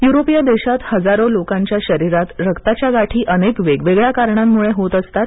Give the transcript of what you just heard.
युरोपीय देशांत हजारो लोकांच्या शरीरात रक्ताच्या गाठी अनेक वेगवेगळ्या कारणांमुळे होत असतात